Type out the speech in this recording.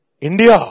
India